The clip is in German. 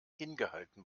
hingehalten